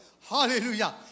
Hallelujah